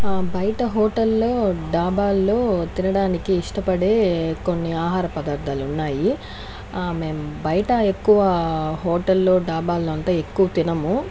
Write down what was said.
బయట హోటల్లో ధాబాల్లో తినడానికి ఇష్టపడే కొన్ని ఆహార పదార్థాలు ఉన్నాయి మేము బయట ఎక్కువ హోటల్లో ధాబాల్లో అంత ఎక్కువ తినము